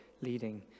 leading